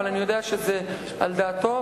אבל אני יודע שזה על דעתו,